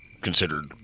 considered